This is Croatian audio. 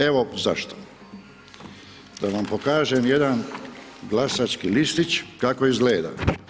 Evo zašto, da vam pokažem jedan glasački listić kako izgleda.